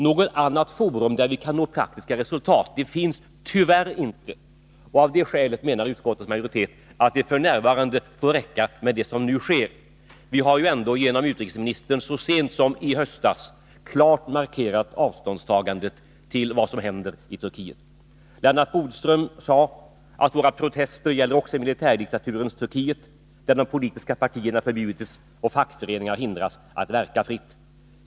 Något annat forum där vi kan nå faktiska resultat finns tyvärr inte. Av det skälet menar utskottets majoritet att det f. n. bör räcka med det som nu sker. Vi har ju ändå genom utrikesministern så sent som i höstas klart markerat avståndstagandet när det gäller händelserna i Turkiet. Lennart Bodström sade att våra protester gäller också för militärdiktaturens Turkiet, där de politiska partierna förbjuds och fackföreningar hindras att verka fritt.